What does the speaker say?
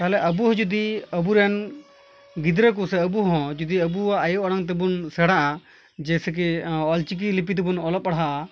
ᱛᱟᱦᱚᱞᱮ ᱟᱵᱚᱦᱚᱸ ᱡᱚᱫᱤ ᱟᱵᱚᱨᱮᱱ ᱜᱤᱫᱽᱨᱟᱹ ᱠᱚ ᱥᱮ ᱟᱵᱚᱦᱚᱸ ᱡᱚᱫᱤ ᱟᱵᱚᱣᱟᱜ ᱟᱭᱳ ᱟᱲᱟᱝ ᱛᱮᱵᱚᱱ ᱥᱮᱬᱟᱜᱼᱟ ᱡᱮᱭᱥᱮ ᱠᱤ ᱚᱞᱪᱤᱠᱤ ᱞᱤᱯᱤ ᱛᱮᱵᱚᱱ ᱚᱞᱚᱜ ᱯᱟᱲᱦᱟᱜᱼᱟ